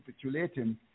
capitulating